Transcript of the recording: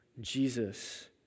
Jesus